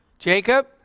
Jacob